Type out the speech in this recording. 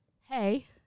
hey